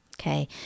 okay